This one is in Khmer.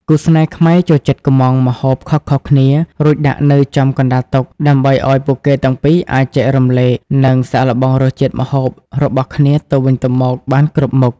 គូស្នេហ៍ខ្មែរចូលចិត្តកុម្ម៉ង់ម្ហូបខុសៗគ្នា រួចដាក់នៅចំកណ្ដាលតុ ដើម្បីឱ្យពួកគេទាំងពីរអាចចែករំលែក និងសាកល្បងរសជាតិម្ហូបរបស់គ្នាទៅវិញទៅមកបានគ្រប់មុខ។